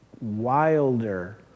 wilder